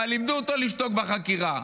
כי לימדו אותו לשתוק בחקירה.